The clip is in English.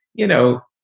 you know,